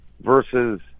versus